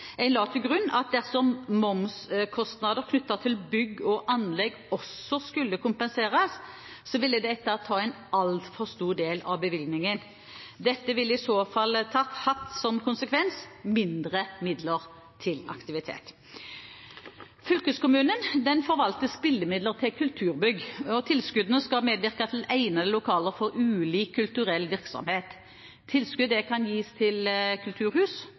En la til grunn at dersom momskostnader knyttet til bygg og anlegg også skulle kompenseres, ville dette ta en altfor stor del av bevilgningen. Dette ville i så fall hatt som konsekvens mindre til aktiviteter. Fylkeskommunene forvalter spillemidler til kulturbygg. Tilskuddene skal medvirke til egnede lokaler for ulik kulturell virksomhet. Tilskudd kan gis til kulturhus,